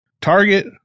Target